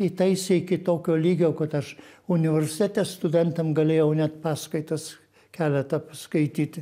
įtaisė iki tokio lygio kad aš universitete studentam galėjau net paskaitas keletą paskaityti